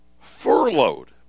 furloughed